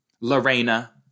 Lorena